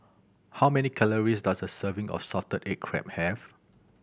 how many calories does a serving of salted egg crab have